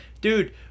Dude